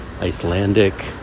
Icelandic